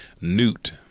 Newt